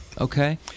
Okay